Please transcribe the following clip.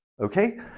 Okay